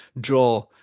draw